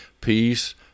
peace